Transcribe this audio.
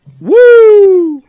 Woo